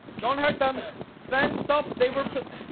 don't hurt them ah so then stop. they were put